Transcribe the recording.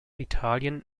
italien